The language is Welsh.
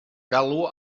galw